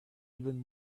even